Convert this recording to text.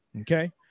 okay